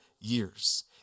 years